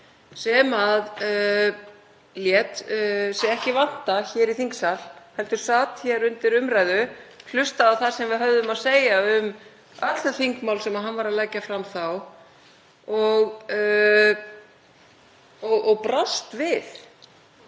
sem lét sig ekki vanta hér í þingsal heldur sat undir umræðu, hlustaði á það sem við höfum að segja um öll þau þingmál sem hann var að leggja fram þá og brást við